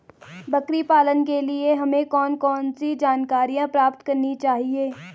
बकरी पालन के लिए हमें कौन कौन सी जानकारियां प्राप्त करनी चाहिए?